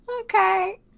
Okay